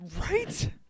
Right